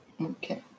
Okay